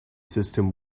system